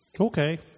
Okay